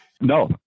No